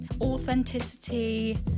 authenticity